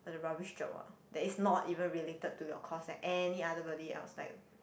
like the rubbish job what that is not even related to your course like any other body else like